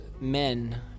men